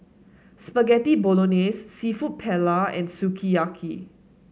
Spaghetti Bolognese seafood Paella and Sukiyaki